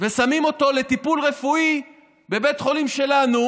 ושמים אותו לטיפול רפואי בבית חולים שלנו,